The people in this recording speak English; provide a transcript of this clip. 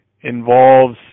involves